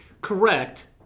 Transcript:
Correct